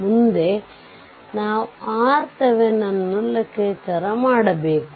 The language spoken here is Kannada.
ಮುಂದೆ ನಾವು RTheveninಅನ್ನು ಲೆಕ್ಕಾಚಾರ ಮಾಡಬೇಕು